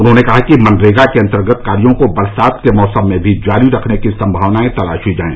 उन्होंने कहा कि मनरेगा के अंतर्गत कार्यों को बरसात के मौसम में भी जारी रखने की संभावनाएं तलाशी जाएं